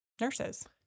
nurses